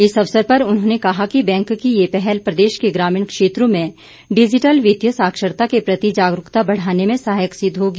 इस अवसर पर उन्होंने कहा कि बैंक की ये पहल प्रदेश के ग्रामीण क्षेत्रों में डिजिटल वित्तीय साक्षरता के प्रति जागरूकता बढ़ाने में सहायक सिद्व होगी